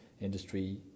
industry